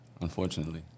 unfortunately